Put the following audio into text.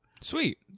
sweet